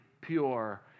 pure